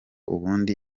ubundi